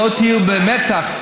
שלא תהיו במתח,